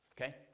Okay